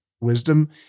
Wisdom